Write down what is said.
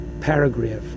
paragraph